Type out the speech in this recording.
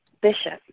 bishop